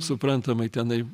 suprantamai tenai